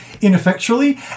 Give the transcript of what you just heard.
ineffectually